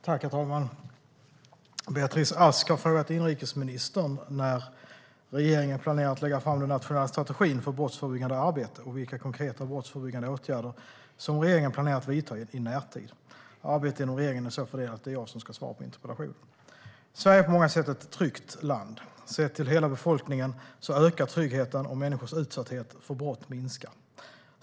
Herr talman! Beatrice Ask har frågat inrikesministern när regeringen planerar att lägga fram den nationella strategin för brottsförebyggande arbete och vilka konkreta brottsförebyggande åtgärder som regeringen planerar att vidta i närtid. Arbetet inom regeringen är så fördelat att det är jag som ska svara på interpellationen. Sverige är på många sätt ett tryggt land. Sett till hela befolkningen ökar tryggheten, och människors utsatthet för brott minskar.